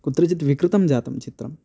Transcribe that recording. कुत्रचित् विकृतं जातं चित्रम्